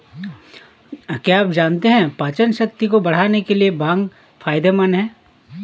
क्या आप जानते है पाचनशक्ति को बढ़ाने के लिए भांग फायदेमंद है?